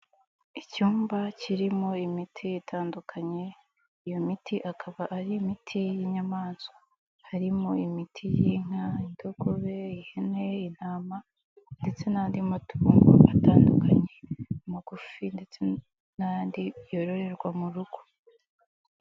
Icyumba kirimo imiti itandukanye, iyo miti akaba ari imiti y'inyamanswa, harimo imiti y'inka, indogobe, ihene, intama ndetse n'andi matungo atandukanye, magufi ndetse n'andi yororerwa mu rugo.